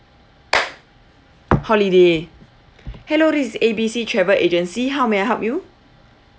holiday hello this is A B C travel agency how may I help you